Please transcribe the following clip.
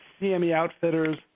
CMEOutfitters